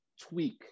tweak